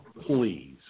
please